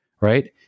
right